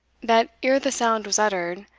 that ere the sound was uttered,